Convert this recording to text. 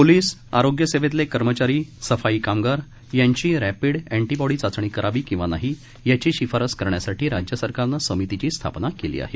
police आरोग्य सेवेतले कर्मचारी सफाई कामगार यांची रॅपिड अँटी बॉडी चाचणी करावी किंवा नाही याची शिफारस करण्यासाठी राज्य सरकारनं समितीची स्थापना केली आहे